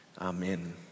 Amen